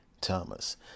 Thomas